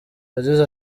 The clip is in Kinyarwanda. yagize